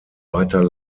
weiter